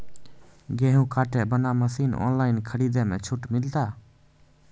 गेहूँ काटे बना मसीन ऑनलाइन खरीदारी मे छूट मिलता?